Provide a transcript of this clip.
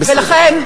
ולכן,